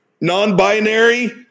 non-binary